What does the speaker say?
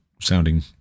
sounding